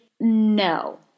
No